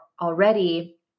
already